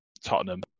Tottenham